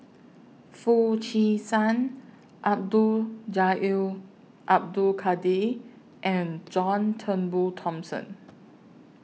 Foo Chee San Abdul Jalil Abdul Kadir and John Turnbull Thomson